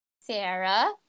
Sarah